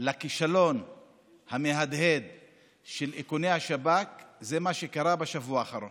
לכישלון המהדהד של איכוני השב"כ זה מה שקרה בשבוע האחרון.